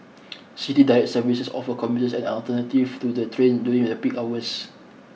city Direct services offer commuters an alternative to the train during the peak hours